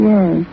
Yes